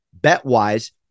Bet-wise